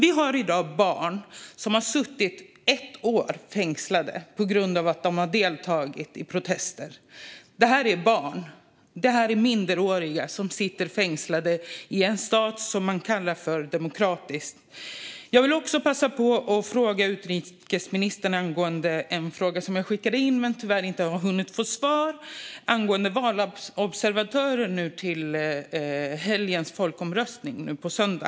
I dag finns barn som har suttit fängslade i ett år på grund av att de har deltagit i protester. Det handlar om barn och minderåriga som sitter fängslade i en stat som regeringen kallar demokratisk. Jag vill passa på att fråga utrikesministern om något som jag har ställt en skriftlig fråga om. Tyvärr har jag ännu inte hunnit få svar på den. Det gäller valobservatörer till den folkomröstning som ska hållas på söndag.